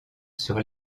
sur